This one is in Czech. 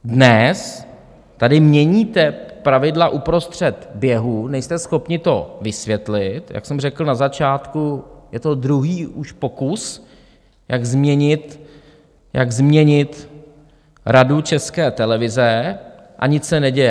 Dnes tady měníte pravidla uprostřed běhu, nejste schopni to vysvětlit, jak jsem řekl na začátku, je to už druhý pokus, jak změnit Radu České televize, a nic se neděje.